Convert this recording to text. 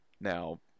Now